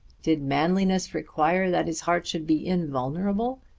did manliness require that his heart should be invulnerable?